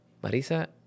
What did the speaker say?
Marisa